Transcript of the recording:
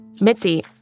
Mitzi